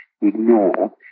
ignore